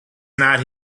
not